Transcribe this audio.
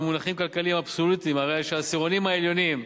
במונחים כלכליים אבסולוטיים הרי שהעשירונים העליונים,